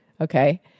Okay